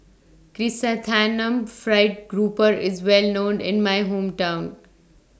Chrysanthemum Fried Grouper IS Well known in My Hometown